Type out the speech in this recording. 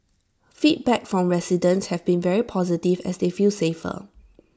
feedback from residents have been very positive as they feel safer